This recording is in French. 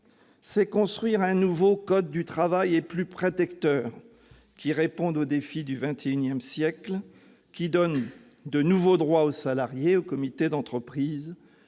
c'est construire un nouveau code du travail plus simple et plus protecteur, qui réponde aux défis du XXIsiècle, qui donne de nouveaux droits aux salariés et aux comités d'entreprise